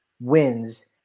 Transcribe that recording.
wins